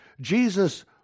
Jesus